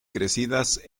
crecidas